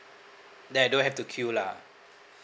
then I don't have to queue lah